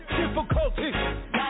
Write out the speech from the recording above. difficulties